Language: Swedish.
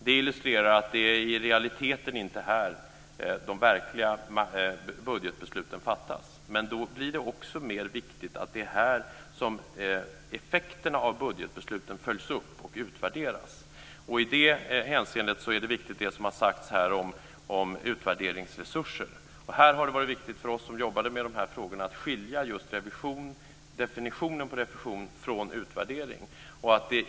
Det illustrerar att det i realiteten inte är här de verkliga budgetbesluten fattas, men då blir det också mer viktigt att det är här som effekterna av budgetbesluten följs upp och utvärderas. I det hänseendet är det som här har sagts om utvärderingsresurser viktigt. Här har det varit viktigt för oss som jobbade med de här frågorna att skilja just definitionen på revision från utvärdering.